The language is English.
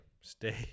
Stay